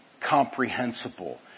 comprehensible